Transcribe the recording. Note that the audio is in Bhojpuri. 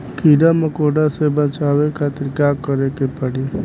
कीड़ा मकोड़ा से बचावे खातिर का करे के पड़ी?